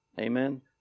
Amen